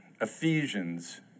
Ephesians